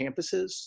campuses